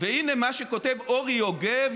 והינה מה שכותב אורי יוגב,